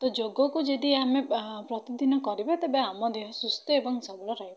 ତ ଯୋଗକୁ ଯଦି ଆମେ ପ୍ରତିଦିନ କରିବା ତେବେ ଆମ ଦେହ ସୁସ୍ଥ ଏବଂ ସବଳ ରହିବ